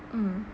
mm